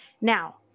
now